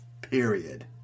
period